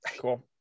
Cool